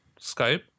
Skype